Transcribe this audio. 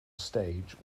stage